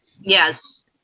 Yes